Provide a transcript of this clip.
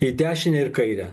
į dešinę ir kairę